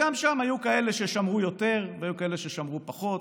וגם שם היו כאלה ששמרו יותר והיו כאלה ששמרו פחות,